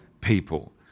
people